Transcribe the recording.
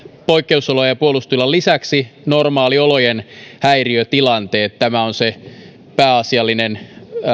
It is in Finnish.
poikkeusolojen ja puolustustilan lisäksi normaaliolojen häiriötilanteet tämä on se pääasiallinen